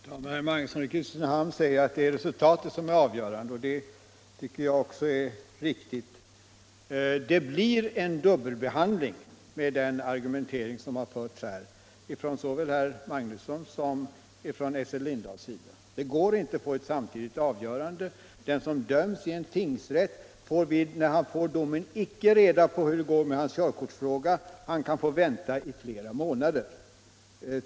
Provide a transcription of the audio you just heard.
Herr talman! Herr Magnusson i Kristinehamn säger att det är resultatet som är det avgörande, och det tycker jag också är riktigt. Det blir en dubbelbehandling med den argumentering som har förts här av såväl herr Magnusson som herr Essen Lindahl. Det går inte att få ett samtidigt avgörande. Den som döms i en tingsrätt får, när domen avkunnas, icke reda på hur det går med hans körkortsfråga, han kan få vänta i flera månader.